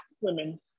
women